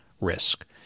risk